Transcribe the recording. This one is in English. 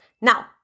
Now